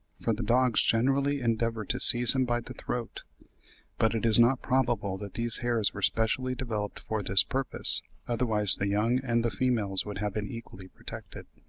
for the dogs generally endeavour to seize him by the throat but it is not probable that these hairs were specially developed for this purpose otherwise the young and the females would have been equally protected.